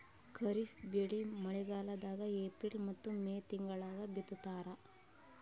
ಖಾರಿಫ್ ಬೆಳಿ ಮಳಿಗಾಲದಾಗ ಏಪ್ರಿಲ್ ಮತ್ತು ಮೇ ತಿಂಗಳಾಗ ಬಿತ್ತತಾರ